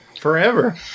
forever